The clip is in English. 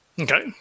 Okay